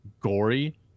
gory